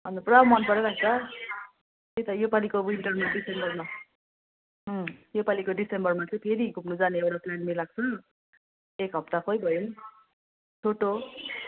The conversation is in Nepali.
अनि त पुरा मन पराइरहेको छ त्यही त योपालिको विन्टरमा डिसेम्बरमा योपालिको डिसेम्बरमा चाहिँ फेरि घुम्नु जाने एउटा प्लान मिलाएको छ एक हप्ताकै भए पनि छोटो